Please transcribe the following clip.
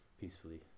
peacefully